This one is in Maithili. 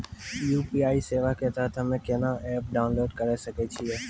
यु.पी.आई सेवा के तहत हम्मे केना एप्प डाउनलोड करे सकय छियै?